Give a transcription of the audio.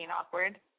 awkward